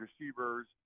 receivers